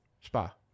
Spa